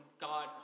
God